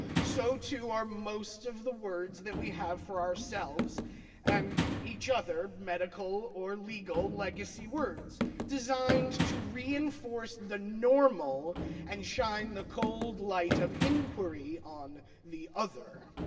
so too are most of the words that we have for ourselves and each other, medical or legal legacy words designed to reinforce the normal and shine the cold light of inquiry on the other.